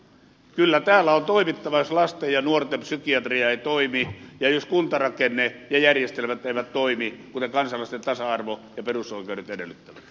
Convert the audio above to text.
kyllä täällä on toimittava jos lasten ja nuorten psykiatria ei toimi ja jos kuntarakenne ja järjestelmät eivät toimi kuten kansalaisten tasa arvo ja perusoikeudet edellyttävät